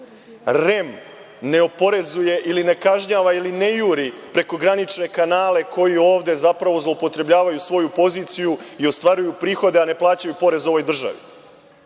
REM ne oporezuje ili ne kažnjava ili ne juri prekogranične kanale koji ovde zloupotrebljavaju svoju poziciju i ostvaruju prihode, a ne plaćaju porez ovoj državi.